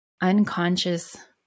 unconscious